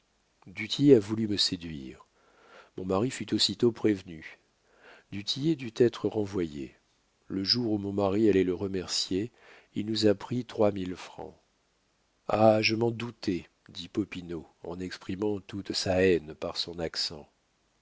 tillet a voulu me séduire mon mari fut aussitôt prévenu du tillet dut être renvoyé le jour où mon mari allait le remercier il nous a pris trois mille francs ha je m'en doutais dit popinot en exprimant toute sa haine par son accent